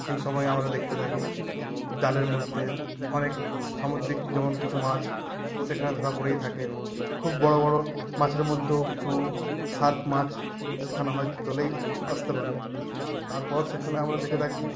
সেই সময়ে আমরা দেখতে থাকি জালের মধ্যে অনেক সামুদ্রিক যেমন কিছু মাছ সেখানে ধরা পড়েই থাকে খুব বড়ো বড়ো মাছের মধ্যেও কিছু সার্ক মাছ সেখানে হয়তো চলেই আসতে পারে তারপর সেখানে আমরা দেখে থাকি